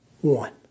one